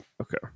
Okay